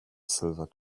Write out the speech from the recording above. silver